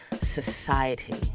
society